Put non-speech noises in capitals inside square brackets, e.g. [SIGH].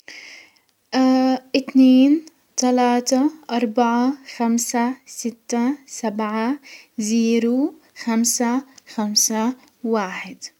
[HESITATION] اتنين ، تلاتة، اربعةن خمسةن ستة، سبعة، زيرو، خمسة، خمسة، واحد.